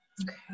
Okay